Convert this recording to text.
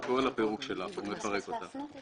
הוא קורא לפירוק שלה והוא מפרק אותה.